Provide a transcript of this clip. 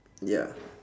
ya